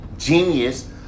Genius